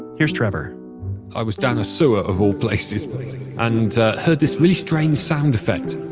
here's trevor i was down a sewer of all places places and heard this really strange sound effect.